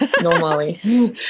normally